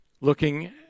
looking